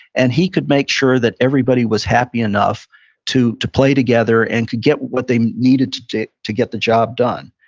and he could make sure that everybody was happy enough to to play together, and to get what they needed to get to get the job done.